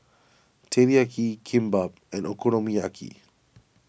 Teriyaki Kimbap and Okonomiyaki